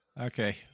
Okay